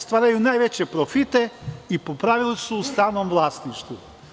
Stvaraju najveće profite i po pravilu su u stalnom vlasništvu.